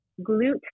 glute